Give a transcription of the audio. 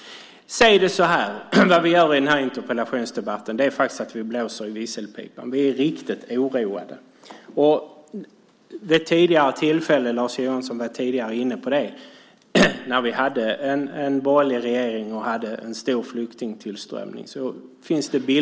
Se det så här: I den här interpellationsdebatten blåser vi faktiskt i visselpipan. Vi är riktigt oroade. Det finns bilder på min näthinna från tidigare tillfälle, Lars Johansson var inne på det, när vi hade en borgerlig regering och en stor flyktingtillströmning.